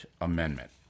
Amendment